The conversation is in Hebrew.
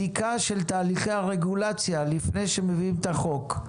בדיקה של תהליכי הרגולציה לפני שמביאים את החוק.